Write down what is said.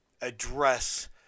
address